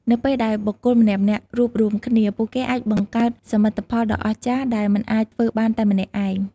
នៅពេលដែលបុគ្គលម្នាក់ៗរួបរួមគ្នា ពួកគេអាចបង្កើតសមិទ្ធផលដ៏អស្ចារ្យដែលមិនអាចធ្វើបានតែម្នាក់ឯង។